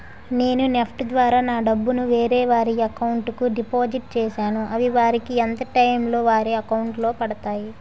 నేను నెఫ్ట్ ద్వారా నా డబ్బు ను వేరే వారి అకౌంట్ కు డిపాజిట్ చేశాను అవి వారికి ఎంత టైం లొ వారి అకౌంట్ లొ పడతాయి?